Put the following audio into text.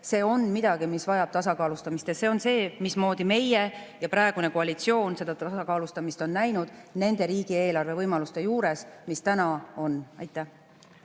on midagi, mis vajab tasakaalustamist, ja see on see, mismoodi oleme meie ja praegune koalitsioon seda tasakaalustamist ette näinud nende riigieelarve võimaluste juures, mis täna on. Aitäh!